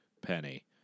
penny